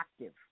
active